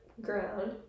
ground